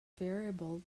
variable